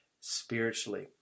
spiritually